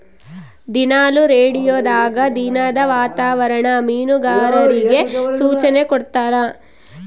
ದಿನಾಲು ರೇಡಿಯೋದಾಗ ದಿನದ ವಾತಾವರಣ ಮೀನುಗಾರರಿಗೆ ಸೂಚನೆ ಕೊಡ್ತಾರ